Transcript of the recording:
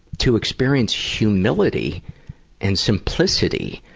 to experience humility and simplicity,